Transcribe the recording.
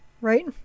right